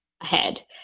ahead